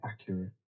accurate